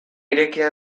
irekia